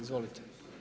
Izvolite.